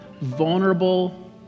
vulnerable